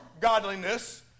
godliness